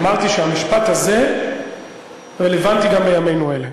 אמרתי שהמשפט הזה רלוונטי גם לימינו אלה.